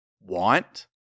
want